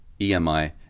EMI